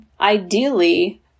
ideally